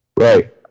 Right